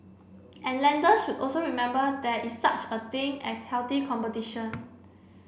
and lenders should also remember there is such a thing as healthy competition